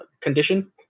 condition